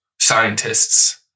scientists